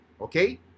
Okay